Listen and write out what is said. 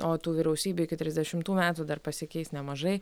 o tų vyriausybių iki trisdešimtų metų dar pasikeis nemažai